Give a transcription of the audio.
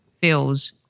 feels